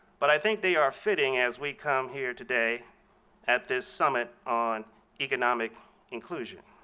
but i think they are fitting as we come here today at this summit on economic inclusion.